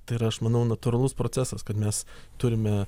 tai yra aš manau natūralus procesas kad mes turime